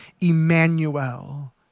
Emmanuel